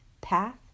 path